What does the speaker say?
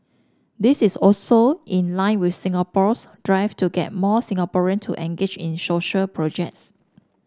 this is also in line with Singapore's drive to get more Singaporean to engage in social projects